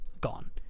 gone